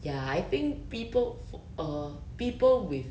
ya I think people uh people with